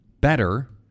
better